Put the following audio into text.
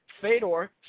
Fedor